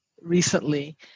recently